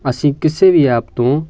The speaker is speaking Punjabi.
ਅਸੀਂ ਕਿਸੇ ਵੀ ਐਪ ਤੋਂ